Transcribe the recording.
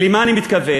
ולמה אני מתכוון?